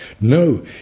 No